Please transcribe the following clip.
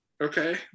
Okay